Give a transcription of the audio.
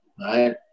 right